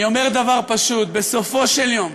אני אומר דבר פשוט: בסופו של יום,